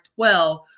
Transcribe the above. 12